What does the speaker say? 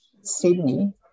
Sydney